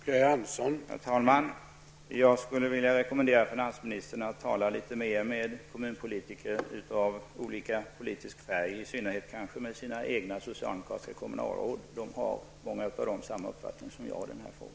Herr talman! Jag skulle vilja rekommendera finansministern att tala litet mer med kommunalpolitiker av olika politisk färg, kanske i synnerhet med finansministerns egna partikamrater, de socialdemokratiska kommunalråden. Många av dem har i den här frågan samma uppfattning som jag.